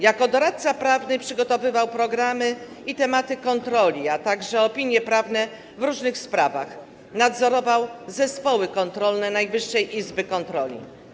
Jako doradca prawny przygotowywał programy i tematy kontroli, a także opinie prawne w różnych sprawach, nadzorował zespoły kontrolne Najwyższej Izby Kontroli.